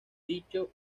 dicho